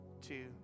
two